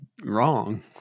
wrong